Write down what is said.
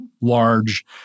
large